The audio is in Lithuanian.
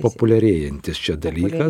populiarėjantis dalykas